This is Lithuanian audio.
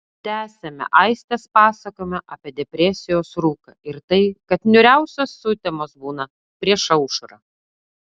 tęsiame aistės pasakojimą apie depresijos rūką ir tai kad niūriausios sutemos būna prieš aušrą